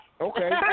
Okay